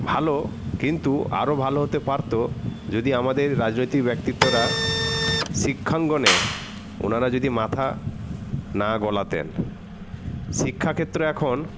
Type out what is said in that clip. ভালো কিন্তু আরো ভালো হতে পারতো যদি আমাদের রাজনৈতিক ব্যক্তিত্বটা শিক্ষাঙ্গনে ওনারা যদি মাথা না গলাতেন শিক্ষাক্ষেত্র এখন